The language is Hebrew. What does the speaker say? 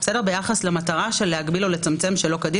ביחס ל"מטרה להגביל או לצמצם שלא כדין